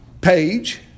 page